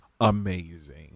amazing